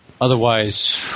otherwise